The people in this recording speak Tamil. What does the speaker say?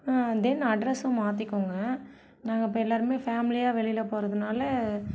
தென் அட்ரஸும் மாற்றிக்கோங்க நாங்கள் இப்போ எல்லாருமே ஃபேமிலியா வெளியில் போகிறதுனால